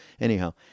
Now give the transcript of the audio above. anyhow